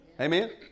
Amen